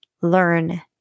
learn